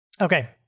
Okay